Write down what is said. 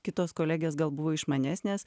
kitos kolegės gal buvo išmanesnės